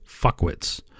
fuckwits